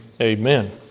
Amen